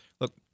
Look